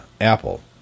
Apple